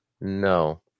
No